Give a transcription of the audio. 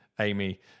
amy